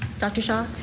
doctor shot.